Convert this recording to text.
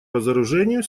разоружению